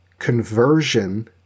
conversion